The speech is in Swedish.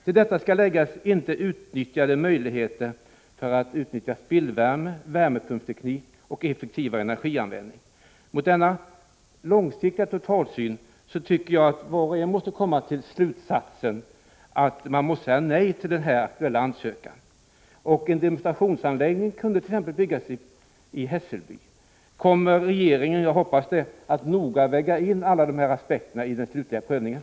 Till detta skall läggas den icke utnyttjade möjligheten att begagna spillvärme och tillämpa värmepumpsteknik, samt effektivare energianvändning. Jag tycker att alla av denna långsiktiga totalbild måste dra slutsatsen att den aktuella ansökningen måste avslås. En demonstrationsanläggning kunde t.ex. byggas i Hässelby. Kommer regeringen, som jag hoppas, att noga väga in alla dessa aspekter i den slutliga prövningen?